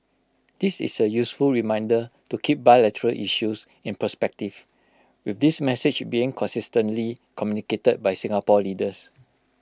this is A useful reminder to keep bilateral issues in perspective with this message being consistently communicated by Singapore leaders